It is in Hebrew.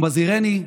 ומזהירני: